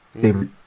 favorite